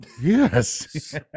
yes